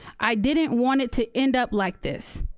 i didn't want it to end up like this.